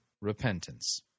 Repentance